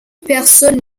personne